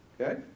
Okay